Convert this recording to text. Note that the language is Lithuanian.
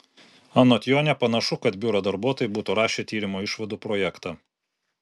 anot jo nepanašu kad biuro darbuotojai būtų rašę tyrimo išvadų projektą